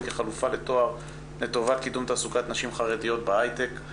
כחלופה בתואר לטובת קידום תעסוקת נשים חרדיות בהייטק.